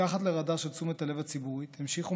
מתחת לרדאר של תשומת הלב הציבורית המשיכו